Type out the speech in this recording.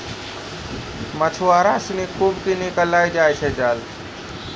मछुआरा सिनि खूब किनी कॅ लै जाय छै जाल